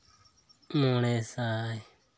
ᱢᱚᱬᱮ ᱥᱟᱭ